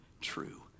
true